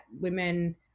women